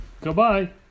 Goodbye